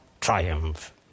triumph